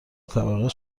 طبقه